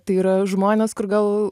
tai yra žmonės kur gal